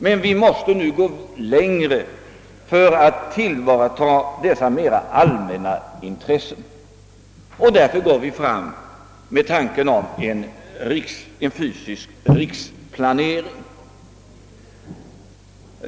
Men vi måste gå längre för att tillvarata de mer allmänna intressena, och därför har vi väckt tanken på en fysisk riksplanering.